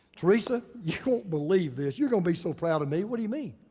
teresa, you won't believe this. you're gonna be so proud of me. what do you mean?